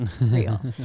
real